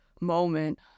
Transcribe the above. moment